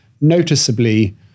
noticeably